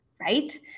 right